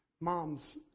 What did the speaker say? Moms